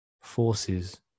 forces